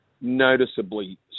noticeably